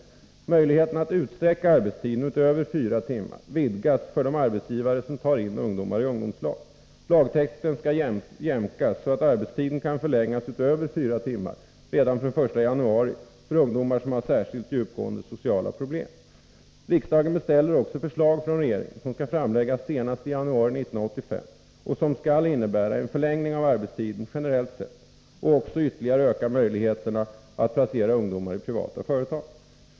Möjligheten att utsträcka arbetstiden utöver fyra timmar vidgas för de arbetsgivare som tar in ungdomar ur ungdomslag. Lagtexten skall jämkas, så att arbetstiden kan förlängas utöver fyra timmar redan från den 1 januari för ungdomar som har särskilt djupgående sociala problem. Riksdagen beställer också förslag från regeringen, att framläggas senast i januari 1985, som skall innebära en förlängning av arbetstiden generellt sett och också ytterligare öka möjligheterna att placera ungdomar i privata företag.